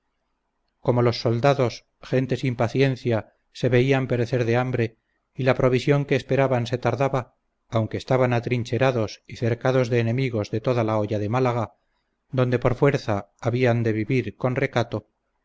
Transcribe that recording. como los soldados gente sin paciencia se veían perecer de hambre y la provisión que esperaban se tardaba aunque estaban atrincherados y cercados de enemigos de toda la hoya de málaga donde por fuerza habían de vivir con recato